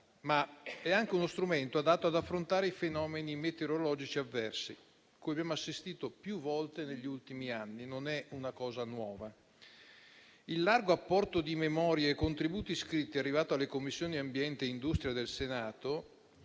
Ma è anche uno strumento adatto ad affrontare fenomeni meteorologici avversi cui abbiamo assistito più volte negli ultimi anni; non è una cosa nuova. Il largo apporto di memorie e contributi iscritti arrivato alle Commissioni ambiente e industria del Senato,